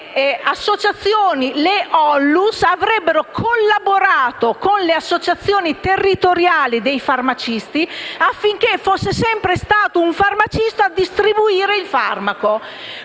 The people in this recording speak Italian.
le associazioni, le ONLUS, avrebbero collaborato con le associazioni territoriali dei farmacisti affinché fosse sempre un farmacista a distribuire il farmaco.